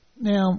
Now